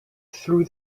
through